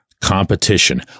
competition